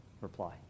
reply